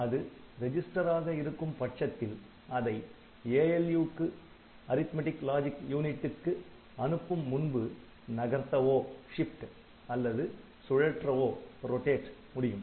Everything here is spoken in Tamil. அது ரெஜிஸ்டர் ஆக இருக்கும் பட்சத்தில் அதை ALU க்கு அனுப்பும் முன்பு நகர்த்தவோ அல்லது சுழற்றவோ முடியும்